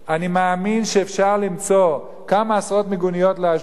אני מאמין שאפשר למצוא כמה עשרות מיגוניות לאשדוד,